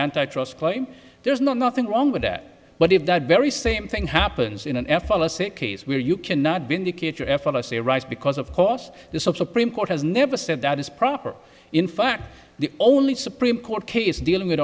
antitrust claim there's no nothing wrong with that but if that very same thing happens in f l a sic case where you can not be indicate your f r c right because of course the supreme court has never said that is proper in fact the only supreme court case dealing with